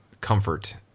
comfort